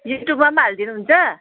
युट्युबमा पनि हालिदिनुहुन्छ